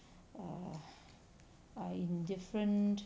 err are indifferent